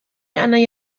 anai